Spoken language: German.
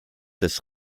des